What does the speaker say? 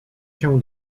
się